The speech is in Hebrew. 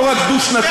לא רק דו-שנתיים.